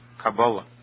Kabbalah